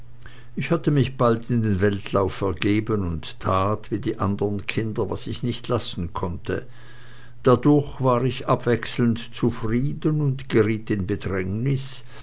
ich hatte mich bald in den weltlauf ergeben und tat wie die andern kinder was ich nicht lassen konnte dadurch war ich abwechselnd zufrieden und geriet in bedrängnis